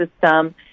system